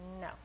no